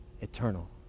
Eternal